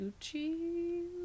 Gucci